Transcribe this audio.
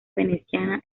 veneciana